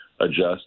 adjust